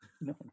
No